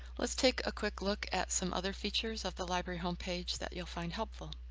let's take a quick look at some other features of the library homepage that you'll find helpful.